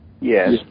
Yes